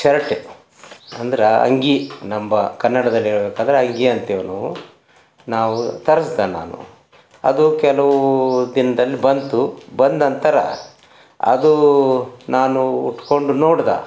ಶರ್ಟೆ ಅಂದ್ರೆ ಅಂಗಿ ನಂಬ ಕನ್ನಡದಲ್ಲಿ ಹೇಳ್ಬೇಕೆಂದ್ರೆ ಅಂಗಿ ಅಂತೀವಿ ನಾವು ತರ್ಸ್ದೆ ನಾನು ಅದು ಕೆಲವೂ ದಿನ್ದಲ್ಲಿ ಬಂತು ಬಂದಂತರ ಅದೂ ನಾನು ಉಟ್ಕೊಂಡು ನೋಡ್ದೆ